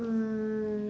um